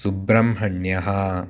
सुब्रम्हण्यः